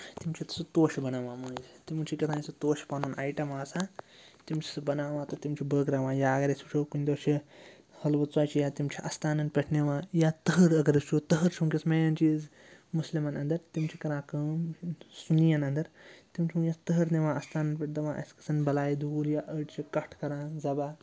تِم چھِ سُہ توشہٕ بَناوان مٔنٛزۍ تِمَن چھِ کیٛاہ تھام سُہ توشہٕ پَنُن آیٹَم آسان تِم چھِ سُہ بَناوان تہٕ تِم چھِ بٲگراوان یا اَگر أسۍ وٕچھو کُنہِ دۄہ چھِ حٔلوٕ ژۄچہِ یا تِم چھِ اَستانَن پٮ۪ٹھ نِوان یا تٕہَر اگر أسۍ وچھو تٕہَر چھِ وٕنۍکٮ۪س مین چیٖز مُسلمَن اَنٛدَر تِم چھِ کَران کٲم سُنَین اَنٛدَر تِم چھِ وٕنۍکٮ۪س تٕہَر نِوان اَستانَن پٮ۪ٹھ دَپان اَسہِ گژھَن بَلایہِ دوٗر یا أڑۍ چھِ کَٹھ کَران زَبح